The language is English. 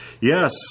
Yes